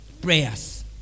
Prayers